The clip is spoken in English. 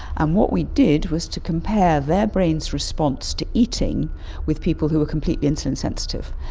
and what we did was to compare their brain's response to eating with people who were completely insulin sensitive.